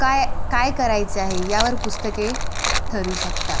काय काय करायचे आहे यावर पुस्तके ठरू शकतात